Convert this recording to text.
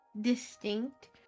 distinct